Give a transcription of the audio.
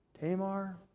Tamar